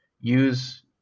use